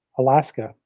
Alaska